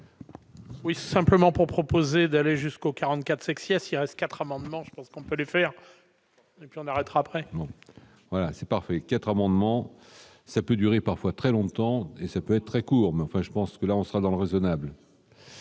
Oui, simplement pour proposer d'aller jusqu'au 44 sexy assis à 4 amendements, je pense qu'on peut les faire et puis on arrêtera après. Voilà, c'est parfait, 4 amendements, ça peut durer parfois très longtemps et ça peut être très court mais enfin je pense que là, on sera dans l'raisonnables.